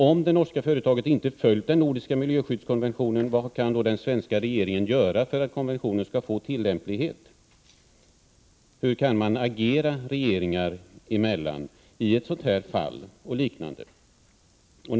Om det norska företaget inte följt den nordiska miljöskyddskonventionen, vad kan då den svenska regeringen göra för att konventionen skall få tillämplighet? Hur kan man agera regeringar emellan i detta och i liknande fall?